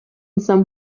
some